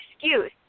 excuse